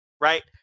Right